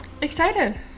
excited